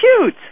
cute